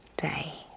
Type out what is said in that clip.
day